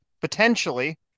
potentially